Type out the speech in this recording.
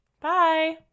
Bye